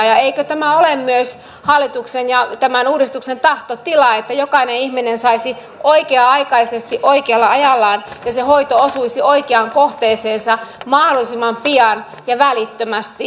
eikö tämä ole myös hallituksen ja tämän uudistuksen tahtotila että jokainen ihminen saisi hoitoa oikea aikaisesti oikealla ajallaan ja se hoito osuisi oikeaan kohteeseensa mahdollisimman pian ja välittömästi